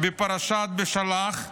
פרשת בשלח,